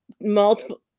multiple